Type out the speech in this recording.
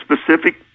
specific